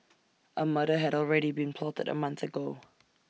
A murder had already been plotted A month ago